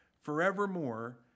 forevermore